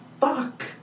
fuck